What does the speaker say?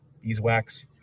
beeswax